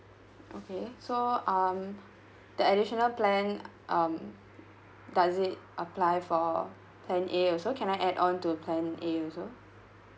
okay so um the additional plan um does it apply for plan A also can I add on to plan A also